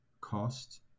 cost